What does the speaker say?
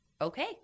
okay